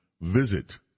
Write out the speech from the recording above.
visit